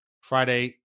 Friday